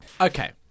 Okay